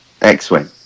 X-wing